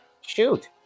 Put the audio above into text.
Shoot